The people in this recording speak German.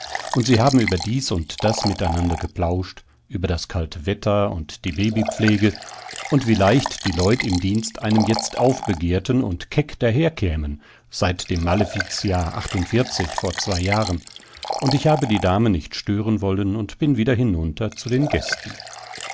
und sie haben über dies und das miteinander geplauscht über das kalte wetter und die babypflege und wie leicht die leut im dienst einem jetzt aufbegehrten und keck daherkämen seit dem malefizjahr achtundvierzig vor zwei jahren und ich habe die damen nicht stören wollen und bin wieder hinunter zu den gästen